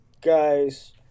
guys